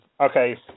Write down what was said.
okay